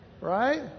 Right